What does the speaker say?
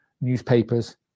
newspapers